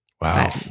Wow